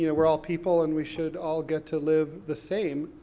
you know we're all people, and we should all get to live the same,